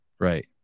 Right